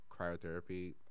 cryotherapy